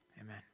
Amen